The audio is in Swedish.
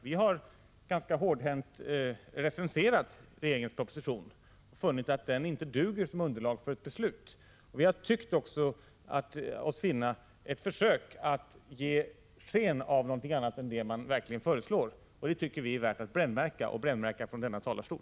Vi har ganska hårdhänt recenserat regeringens proposition och funnit att den inte duger som underlag för ett beslut. Vi har också tyckt oss finna ett försök att ge sken av någonting annat än det man verkligen föreslår. Det tycker vi är värt att brännmärka från denna talarstol.